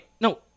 no